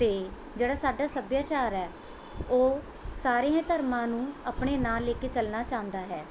ਅਤੇ ਜਿਹੜਾ ਸਾਡਾ ਸੱਭਿਆਚਾਰ ਹੈ ਉਹ ਸਾਰਿਆਂ ਧਰਮਾਂ ਨੂੰ ਆਪਣੇ ਨਾਲ਼ ਲੈ ਕੇ ਚੱਲਣਾ ਚਾਹੁੰਦਾ ਹੈ